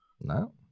No